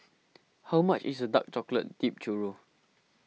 how much is Dark Chocolate Dipped Churro